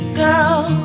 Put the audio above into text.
girl